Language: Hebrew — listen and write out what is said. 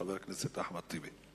חבר הכנסת אחמד טיבי.